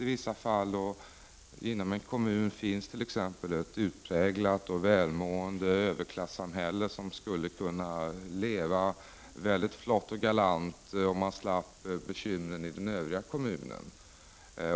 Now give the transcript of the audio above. Man kan tänka sig att det inom en kommun finns ett utpräglat och välmående överklassamhälle som skulle kunna leva väldigt flott och galant om man slapp bekymren i övriga delar av kommunen.